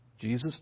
Jesus